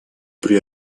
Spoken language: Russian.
при